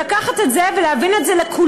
ולקחת את זה ולהביא את זה לכולם,